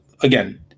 again